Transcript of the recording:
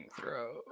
throw